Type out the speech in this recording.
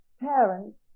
parents